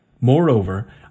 Moreover